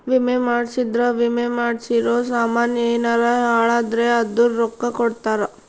ವಿಮೆ ಮಾಡ್ಸಿದ್ರ ವಿಮೆ ಮಾಡ್ಸಿರೋ ಸಾಮನ್ ಯೆನರ ಹಾಳಾದ್ರೆ ಅದುರ್ ರೊಕ್ಕ ಕೊಡ್ತಾರ